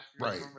Right